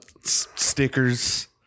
stickers